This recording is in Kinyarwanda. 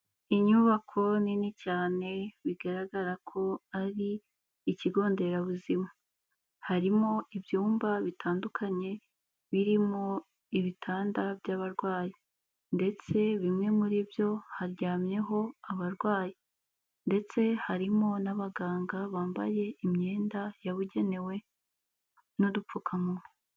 Inyubako nini cyane bigaragara ko ari ikigo nderabuzima, harimo ibyumba bitandukanye birimo ibitanda by'abarwayi, ndetse bimwe muri byo haryamyeho abarwayi, ndetse harimo n'abaganga bambaye imyenda yabugenewe n'udupfukamunwa.